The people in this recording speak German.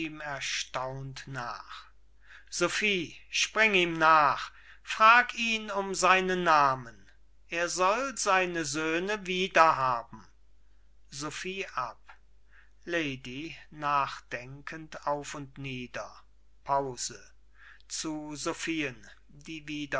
sophie spring ihm nach frag ihn um seinen namen er soll seine söhne wieder haben sophie ab lady